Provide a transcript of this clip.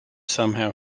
somehow